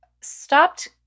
stopped